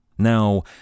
Now